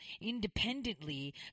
independently